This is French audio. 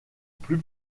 plus